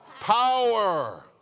Power